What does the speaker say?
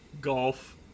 Golf